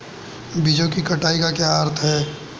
बीजों की कटाई का क्या अर्थ है?